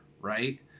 right